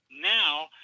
Now